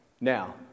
Now